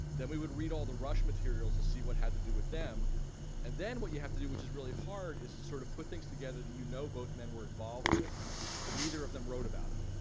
then we would read all the rush materials to see what had to do with them and then what you have to do which is really hard is to sort of put things together that you know both men were involved with but neither of them wrote about it.